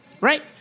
Right